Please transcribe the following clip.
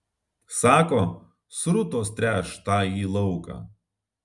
sako srutos tręš tąjį lauką